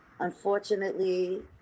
Unfortunately